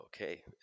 okay